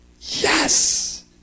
yes